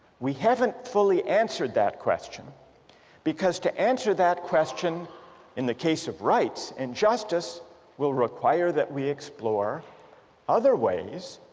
we haven't fully answered that question because to answer that question in the case of rights and justice will require that we explore other ways,